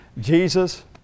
Jesus